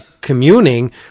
communing